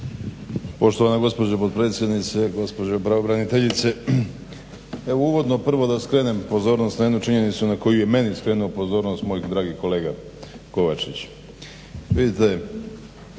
Poštovana gospođo potpredsjednice, gospođo pravobraniteljice. Evo uvodno prvo da skrenem pozornost na jednu činjenicu na koju je meni skrenuo pozornost moj dragi kolega Kovačić.